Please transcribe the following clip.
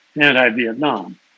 anti-Vietnam